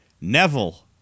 neville